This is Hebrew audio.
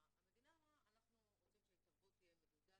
המדינה אמרה: אנחנו רוצים שההתערבות תהיה מדודה,